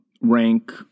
rank